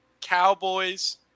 Cowboys